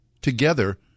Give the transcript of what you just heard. Together